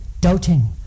doting